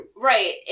right